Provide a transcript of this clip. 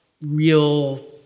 real